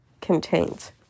contains